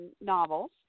novels